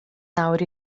nawr